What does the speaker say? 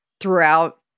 throughout